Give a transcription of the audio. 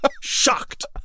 shocked